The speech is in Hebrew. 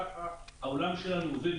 ככה העולם שלנו עובד,